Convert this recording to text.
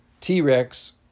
T-Rex